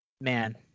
man